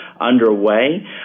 underway